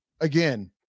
again